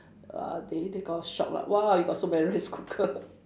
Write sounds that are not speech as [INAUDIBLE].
uh they they got a got shock lah !wah! you got so many rice cooker [LAUGHS]